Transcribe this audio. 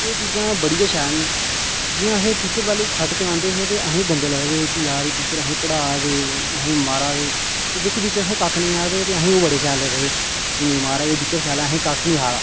ते ओह् चीजां बड़ी गै शैल न जि'यां असेंगी टीचर पैह्लें सट्ट चलांदे हे ते असेंगी गंदे लगदे हे कि यार एह् टीचर असेंगी पढ़ा दे असेंगी मारा दे ते जेह्के टीचर असेंगी कक्ख नेईं आखदे ते असेंगी ओह् बड़े शैल लगदे हे के नेईं महाराज एह् टीचर शैल ऐ असेंगी कक्ख नेईं आखदा